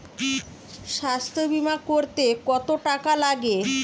স্বাস্থ্যবীমা করতে কত টাকা লাগে?